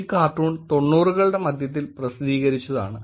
ഈ കാർട്ടൂൺ തൊണ്ണൂറുകളുടെ മധ്യത്തിൽ പ്രസിദ്ധീകരിച്ചതാണ്